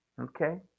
okay